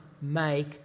make